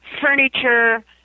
furniture